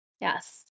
Yes